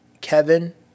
Kevin